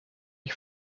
ich